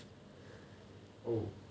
oh